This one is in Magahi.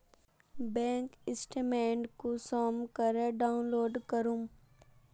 बैंक स्टेटमेंट कुंसम करे डाउनलोड करूम?